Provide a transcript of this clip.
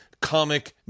comic